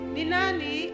Ninani